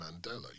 Mandela